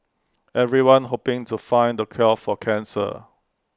everyone's hoping to find the cure for cancer